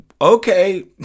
okay